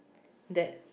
that